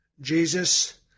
Jesus